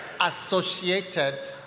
associated